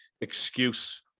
excuse